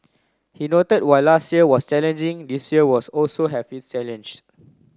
he note while last year was challenging this year was also have its challenge